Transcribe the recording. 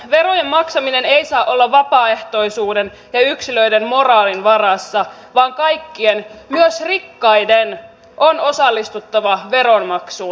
verojen maksaminen ei saa olla vapaaehtoisuuden ja yksilöiden moraalin varassa vaan kaikkien myös rikkaiden on osallistuttava veronmaksuun